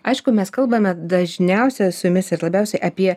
aišku mes kalbame dažniausiai su jumis ir labiausiai apie